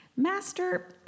Master